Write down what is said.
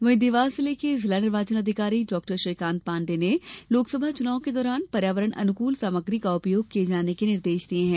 वहीं देवास जिले के जिला निर्वाचन अधिकारी डाक्टर श्रीकांत पांडे ने लोकसभा चुनाव के दौरान पर्यावरण अनुकूल सामग्री का उपयोग किये जाने के निर्देश दिये है